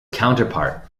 counterpart